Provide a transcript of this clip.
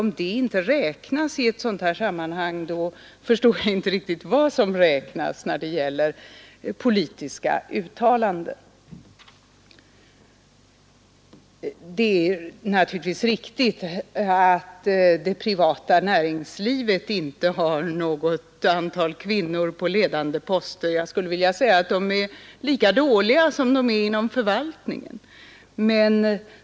Om det inte räknas i ett sådant här sammanhang, förstår jag inte riktigt vad som skall räknas i fråga om politiska uttalanden. Det är naturligtvis riktigt att det privata näringslivet inte har ett antal kvinnor på ledande poster. Jag skulle vilja säga att man är lika dålig på den sidan som man är inom förvaltningen.